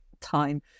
time